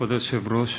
כבוד היושב-ראש,